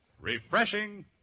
refreshing